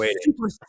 super